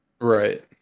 Right